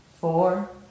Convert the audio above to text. four